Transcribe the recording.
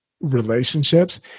relationships